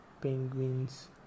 penguins